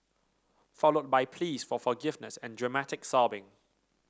followed by pleas for forgiveness and dramatic sobbing